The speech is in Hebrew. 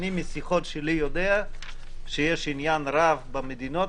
אני משיחות שלי יודע שיש עניין רב במדינות,